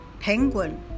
Penguin